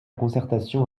concertation